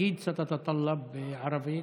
תגיד (אומר בערבית: